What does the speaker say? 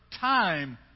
time